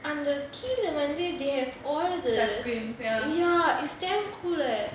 அந்த கீழ வந்து:antha keezha vanthu they have all the ya it's damn cool eh